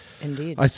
Indeed